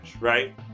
right